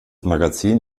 magazin